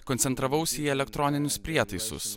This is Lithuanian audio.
koncentravausi į elektroninius prietaisus